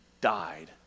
died